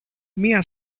μια